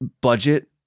budget